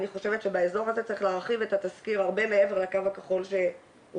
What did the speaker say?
אני חושבת שבאזור הזה צריך להרחיב את התסקיר הרבה מעבר לקו הכחול שהוצע,